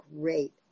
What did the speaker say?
great